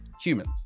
humans